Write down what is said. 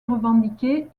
revendiqué